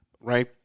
right